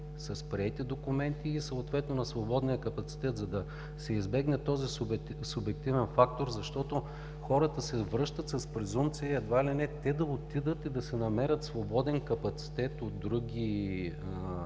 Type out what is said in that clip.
с приети документи и съответно на свободния капацитет, за да се избегне този субективен фактор? Хората се връщат с презумпция едва ли не те да отидат и да си намерят свободен капацитет от други,